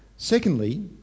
Secondly